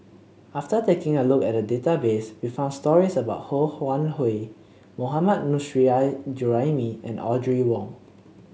after taking a look at the database we found stories about Ho Wan Hui Mohammad Nurrasyid Juraimi and Audrey Wong